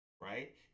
right